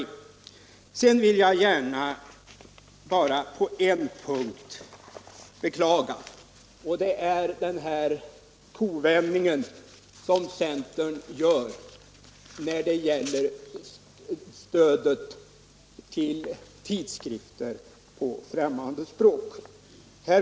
En sak vill jag beklaga, och det är den kovändning som centern gör när det gäller stödet till tidskrifter på främmande språk.